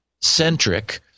centric